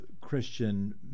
Christian